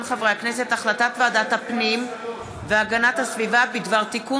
החלטת ועדת הפנים והגנת הסביבה בדבר תיקון